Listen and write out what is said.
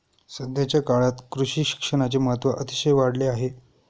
सध्याच्या काळात कृषी शिक्षणाचे महत्त्व अतिशय वाढले आहे